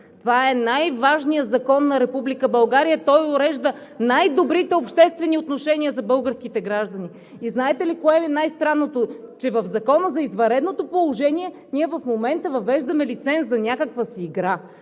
Това е най-важният закон на Република България! Той урежда най-добрите обществени отношения за българските граждани. И знаете ли кое е най странното, че в Закона за извънредното положение ние в момента въвеждаме лиценз за някаква си игра